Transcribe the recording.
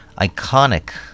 iconic